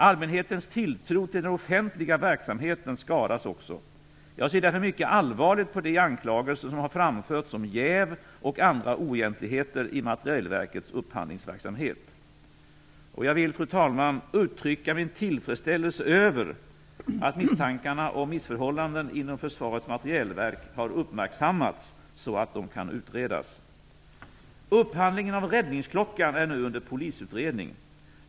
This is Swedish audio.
Allmänhetens tilltro till den offentliga verksamheten skadas också. Jag ser därför mycket allvarligt på de anklagelser om jäv och andra oegentligheter i Materielverkets upphandlingsverksamhet. Jag vill, fru talman, uttrycka min tillfredsställelse över att misstankarna om missförhållanden inom Försvarets materielverk har uppmärksammats, så att de kan utredas. Upphandlingen av räddningsklockan är nu under polisutredning.